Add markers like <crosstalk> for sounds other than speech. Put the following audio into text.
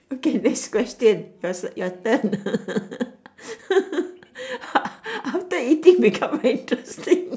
okay next question yours your turn <laughs> after eating become interesting <laughs>